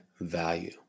value